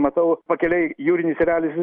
matau pakelėj jūrinis erelis